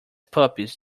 puppies